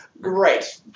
Great